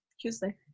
tuesday